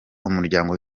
umuryango